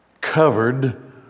covered